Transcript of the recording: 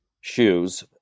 shoes